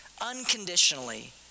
unconditionally